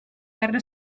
guerra